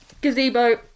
gazebo